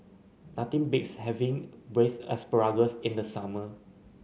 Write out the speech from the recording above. nothing beats having Braised Asparagus in the summer